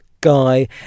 guy